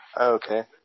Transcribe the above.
Okay